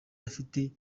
afite